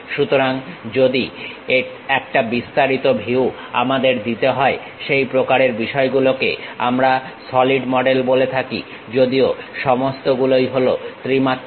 সুতরাং যদি একটা বিস্তারিত ভিউ আমাদের দিতে হয় সেই প্রকারের বিষয়গুলোকে আমরা সলিড মডেল বলে থাকি যদিও সমস্তগুলোই হলো ত্রিমাত্রিক